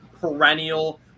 perennial